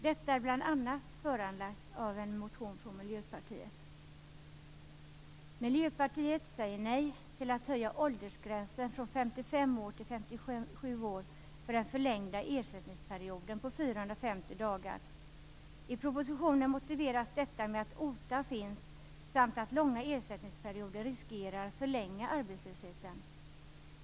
Detta är föranlett bl.a. av en motion från Miljöpartiet. 55 till 57 år. I propositionen motiveras detta med förekomsten av OTA samt med att långa ersättningsperioder riskerar att förlänga arbetslösheten.